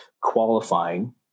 qualifying